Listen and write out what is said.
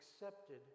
accepted